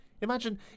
Imagine